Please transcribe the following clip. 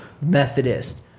Methodist